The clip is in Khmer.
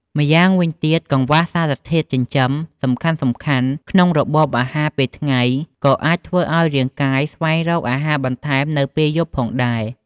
ម្យ៉ាងវិញទៀត កង្វះសារធាតុចិញ្ចឹមសំខាន់ៗក្នុងរបបអាហារពេលថ្ងៃ ក៏អាចធ្វើឱ្យរាងកាយស្វែងរកអាហារបន្ថែមនៅពេលយប់ផងដែរ។